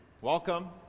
Welcome